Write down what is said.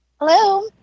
Hello